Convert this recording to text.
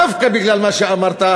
דווקא בגלל מה שאמרת,